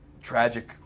tragic